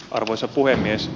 arvoisa puhemies